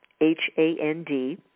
H-A-N-D